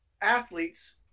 athletes